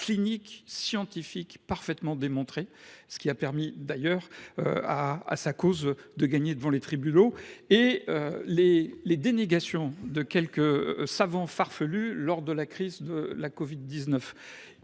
clinique et scientifique parfaitement démontrée, ce qui a d’ailleurs permis à sa cause de gagner devant les tribunaux, et, d’autre part, les dénégations de quelques savants farfelus lors de la crise de la covid 19.